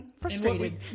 frustrated